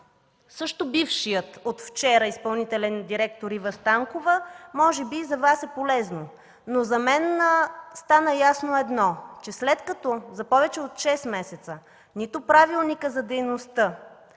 също бившия от вчера изпълнителен директор Ива Станкова, може би за Вас е полезно, но за мен стана ясно едно, че след като за повече от шест месеца нито Правилникът за дейността